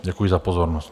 Děkuji za pozornost.